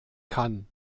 kann